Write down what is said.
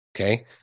okay